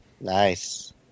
nice